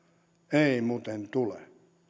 ei muuten tule